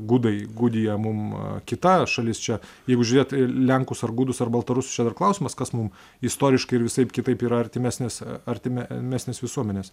gudai gudija mum kita šalis čia jeigu žiūrėt į lenkus ar gudus ar baltarusius čia dar klausimas kas mum istoriškai ir visaip kitaip yra artimesnis artime mesnės visuomenės